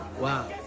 Wow